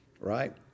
right